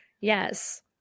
Yes